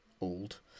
old